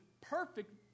perfect